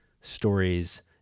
stories